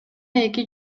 эки